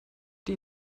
die